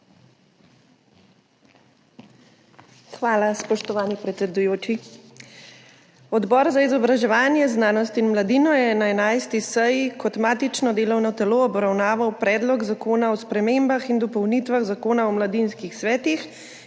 Hvala, spoštovani predsedujoči. Odbor za izobraževanje, znanost in mladino je na 11. seji kot matično delovno telo obravnaval Predlog zakona o spremembah in dopolnitvah Zakona o mladinskih svetih,